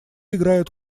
играют